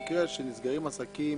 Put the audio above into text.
במקרה שבו נסגרים עסקים,